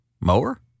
Mower